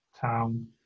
Town